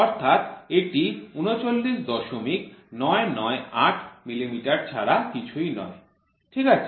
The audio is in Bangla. অর্থাৎ এটি ৩৯৯৯৮ মিলিমিটার ছাড়া কিছুই নয় ঠিক আছে